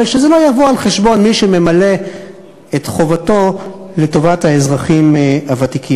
אבל שזה לא יבוא על חשבון מי שממלא את חובתו לטובת האזרחים הוותיקים.